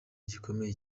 gikomeye